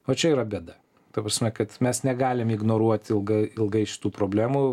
va čia yra bėda ta prasme kad mes negalim ignoruot ilga ilgai šitų problemų